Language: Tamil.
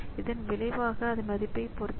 இதன் விளைவாக அது மதிப்பைப் பொறுத்தது